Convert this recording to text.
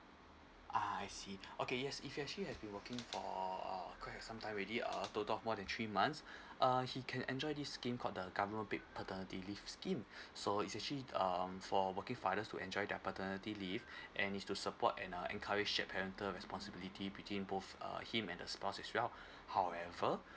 ah I see okay yes if he actually have been working for uh quite a some time already uh total of more than three months uh he can enjoy this scheme called the government paid paternity leave scheme so is actually um for working fathers to enjoy their paternity leave and is to support and uh encourage shared parental responsibility between both err him and the spouse as well however